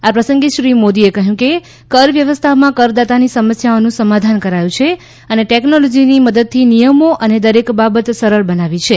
આ પ્રસંગે શ્રી મોદીએ કહ્યું કે કર વ્યવસ્થામાં કરદાતાની સમસ્યાઓનું સમાધાન કરાયું છે અને ટેકનોલોજીની મદદથી નિયમો અને દરેક બાબત સરળ બનાવી છે